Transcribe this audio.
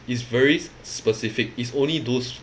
is very specific is only those